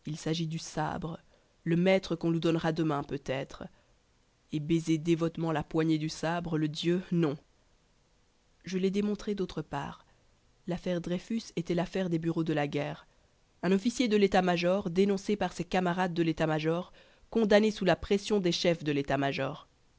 il s'agit du sabre le maître qu'on nous donnera demain peut-être et baiser dévotement la poignée du sabre le dieu non je l'ai démontré d'autre part l'affaire dreyfus était l'affaire des bureaux de la guerre un officier de l'état major dénoncé par ses camarades de l'état-major condamné sous la pression des chefs de l'état-major